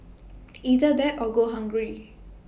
either that or go hungry